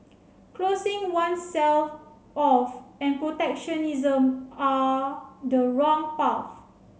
closing oneself off and protectionism are the wrong path